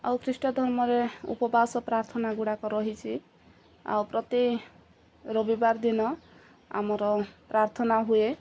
ଆଉ ଖ୍ରୀଷ୍ଟ ଧର୍ମରେ ଉପବାସ ଓ ପ୍ରାର୍ଥନା ଗୁଡ଼ାକ ରହିଛି ଆଉ ପ୍ରତି ରବିବାର ଦିନ ଆମର ପ୍ରାର୍ଥନା ହୁଏ